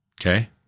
okay